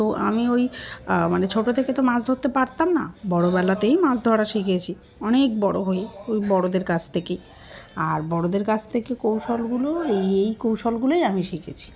তো আমি ওই মানে ছোটো থেকে তো মাছ ধরতে পারতাম না বড়োবেলাতেই মাছ ধরা শিখেছি অনেক বড়ো হয়ে ওই বড়দের কাছ থেকেই আর বড়োদের কাছ থেকে কৌশলগুলো এই এই কৌশলগুলোই আমি শিখেছি